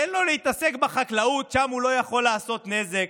תן לו להתעסק בחקלאות, שם הוא לא יכול לעשות נזק.